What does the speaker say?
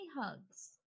hugs